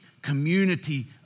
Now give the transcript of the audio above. community